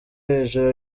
hejuru